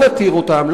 לא נתיר אותם,